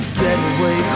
getaway